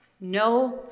no